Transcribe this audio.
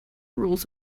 rules